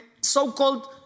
so-called